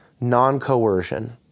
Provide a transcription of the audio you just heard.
non-coercion